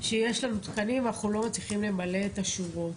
שיש לנו תקנים ואנחנו לא מצליחים למלא את השורות.